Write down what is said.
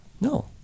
No